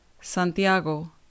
Santiago